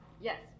Yes